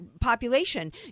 population